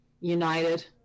united